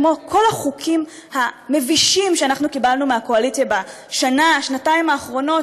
כמו כל החוקים המבישים שאנחנו קיבלנו מהקואליציה בשנה-שנתיים האחרונות,